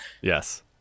Yes